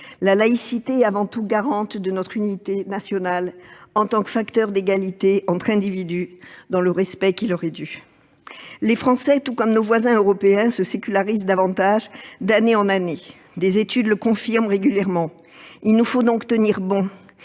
la laïcité est avant tout garante de notre unité nationale en tant que facteur d'égalité entre individus, dans le respect qui leur est dû. Les Français, tout comme nos voisins européens, se sécularisent davantage d'année en année. Des études le confirment régulièrement. Il nous faut donc tenir bon